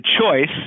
choice